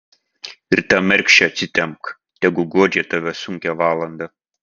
ir tą mergšę atsitempk tegu guodžia tave sunkią valandą